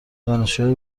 دانشجوهای